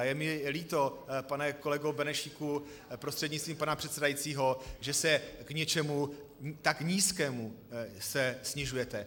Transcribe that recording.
Je mi líto, pane kolego Benešíku prostřednictvím pana předsedajícího, že se k něčemu tak nízkému snižujete.